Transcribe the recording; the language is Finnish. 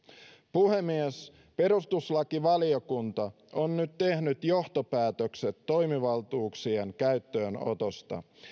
puhemies perustuslakivaliokunta on nyt tehnyt johtopäätökset toimivaltuuksien käyttöönotosta